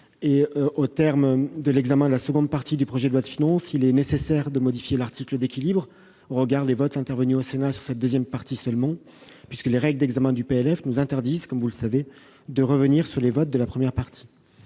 et au terme de l'examen de la seconde partie du projet de loi de finances, il est nécessaire de modifier l'article d'équilibre au regard des votes intervenus au Sénat sur cette seconde partie, les règles d'examen du projet de loi de finances nous interdisant, comme vous le savez, de revenir sur le vote de la première partie.